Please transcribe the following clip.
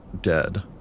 dead